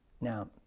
Now